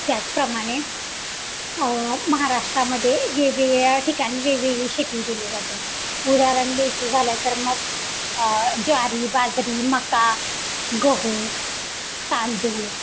त्याचप्रमाणे महाराष्ट्रामध्ये वेगवेगळ्या ठिकाणी वेगवेगळी शेती केली जाते उदाहरण द्यायचं झालं तर मग ज्वारी बाजरी मका गहू तांदूळ